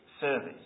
Service